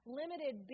limited